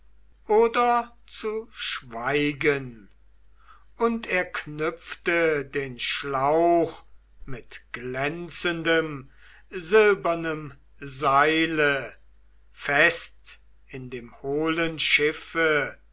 oder zu schweigen und er knüpfte den schlauch mit glänzendem silbernem seile fest in dem hohlen schiffe